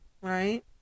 Right